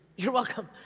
you're welcome.